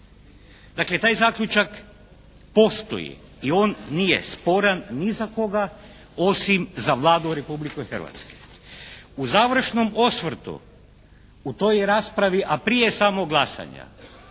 Dakle taj zaključak postoji i on nije sporan ni za koga osim za Vladu Republike Hrvatske. U završnom osvrtu u toj je raspravi, a prije samog glasanja